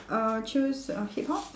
uh choose uh hip hop